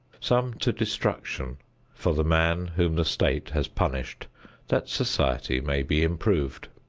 some to destruction for the man whom the state has punished that society may be improved.